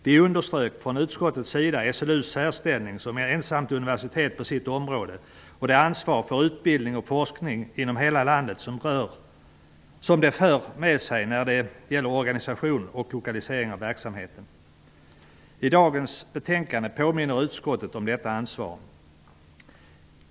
Vi i utskottet underströk då SLU:s särställning som ensamt universitet på sitt område och det ansvar för utbildning och forskning inom hela landet som det för med sig när det gäller organisation och lokalisering av verksamheten. I dagens betänkande påminner utskottet om detta ansvar.